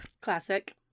Classic